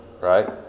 right